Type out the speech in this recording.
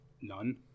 None